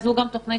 זו תוכנית